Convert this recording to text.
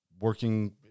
working